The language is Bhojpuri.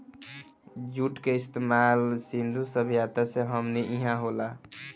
जुट के इस्तमाल सिंधु सभ्यता से हमनी इहा होला